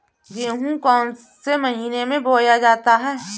गेहूँ कौन से महीने में बोया जाता है?